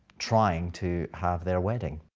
trying to have their wedding.